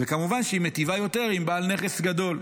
וכמובן שהיא מיטיבה יותר עם בעל נכס גדול.